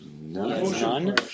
None